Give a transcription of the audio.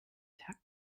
tag